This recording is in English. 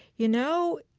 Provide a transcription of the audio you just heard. you know,